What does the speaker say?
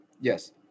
Yes